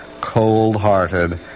cold-hearted